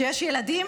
שיש ילדים,